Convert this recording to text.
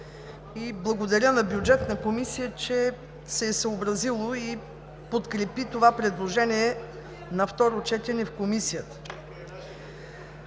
Благодаря на Бюджетната комисия, че се е съобразило и подкрепи това предложение на второ четене в Комисията.